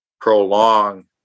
prolong